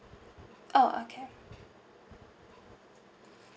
oh okay